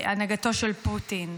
בהנהגתו של פוטין,